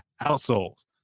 outsoles